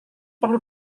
perlu